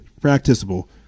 practicable